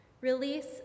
Release